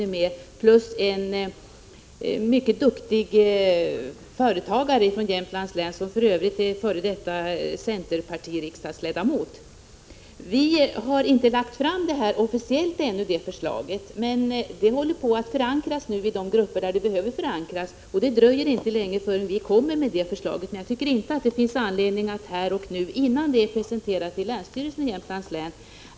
Dessutom ingår en mycket duktig företagare från länet, som för övrigt är f. d. riksdagsledamot för centerpartiet. Vi har ännu inte officiellt lagt fram det förslag Per-Ola Eriksson talar om, men det håller på att förankras i de grupper där det behöver förankras. Det dröjer inte länge förrän vi kan lägga fram förslaget, men jag tycker inte att det finns anledning att presentera det här i riksdagen innan det lagts fram i länsstyrelsen i Jämtlands län.